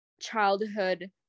childhood